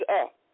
up